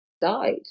died